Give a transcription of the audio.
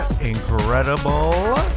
incredible